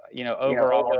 you know, overall,